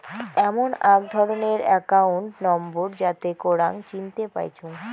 এমন আক ধরণের একাউন্ট নম্বর যাতে করাং চিনতে পাইচুঙ